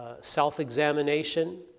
self-examination